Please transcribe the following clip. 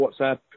WhatsApp